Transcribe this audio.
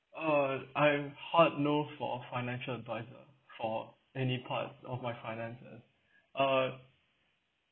uh I'm hard no for financial adviser for any part of my finances uh